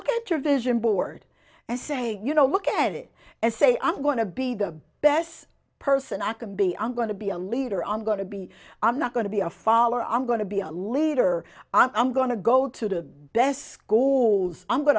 look at your vision board and saying you know look at it and say i'm going to be the best person i can be on going to be a leader on going to be i'm not going to be a follower i'm going to be a leader i'm going to go to the best schools i'm going